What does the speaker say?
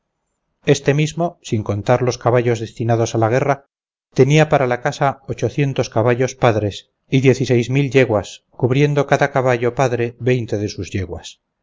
este mismo sin contar los caballos destinados a la guerra tenía para la casta ochocientos caballos padres y dieciséis mil yeguas cubriendo cada caballo padre veinte de sus yeguas